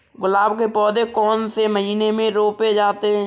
गुलाब के पौधे कौन से महीने में रोपे जाते हैं?